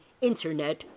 Internet